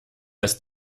ist